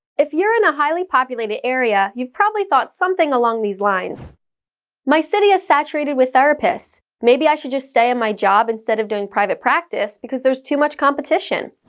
if you're in a highly populated area, you've probably thought something along these lines my city is saturated with therapists. maybe i should just stay in my job instead of doing private practice because there's too much competition.